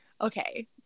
okay